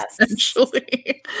essentially